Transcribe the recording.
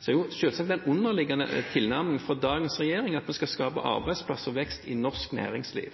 er selvsagt den underliggende tilnærmingen fra dagens regjering at vi skal skape arbeidsplasser og vekst i norsk næringsliv.